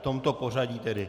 V tomto pořadí tedy.